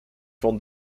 von